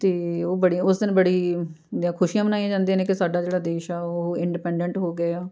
ਅਤੇ ਉਹ ਬੜੇ ਉਸ ਦਿਨ ਬੜੀ ਖੁਸ਼ੀਆਂ ਮਨਾਈਆਂ ਜਾਂਦੀਆਂ ਨੇ ਕਿ ਸਾਡਾ ਜਿਹੜਾ ਦੇਸ਼ ਆ ਉਹ ਇੰਡੀਪੈਂਡੈਂਟ ਹੋ ਗਿਆ